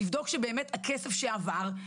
לבדוק שבאמת הכסף שעבר,